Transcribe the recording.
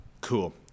Cool